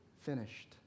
finished